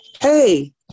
Hey